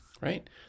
right